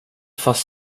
fast